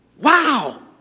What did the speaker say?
wow